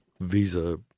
Visa